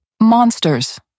Monsters